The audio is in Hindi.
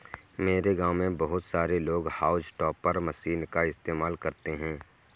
मेरे गांव में बहुत सारे लोग हाउस टॉपर मशीन का इस्तेमाल करते हैं